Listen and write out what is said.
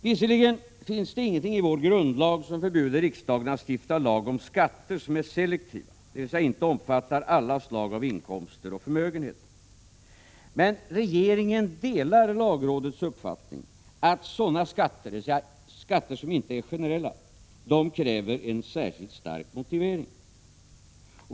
Visserligen finns det ingenting i vår grundlag som förbjuder riksdagen att stifta lag om skatter som är selektiva, dvs. inte omfattar alla slag av inkomster och förmögenheter. Men regeringen delar lagrådets uppfattning att sådana skatter, alltså skatter som inte är generella, kräver en särskilt stark motivering.